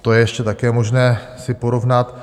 To je ještě také možné si porovnat.